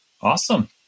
Awesome